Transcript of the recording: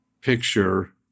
picture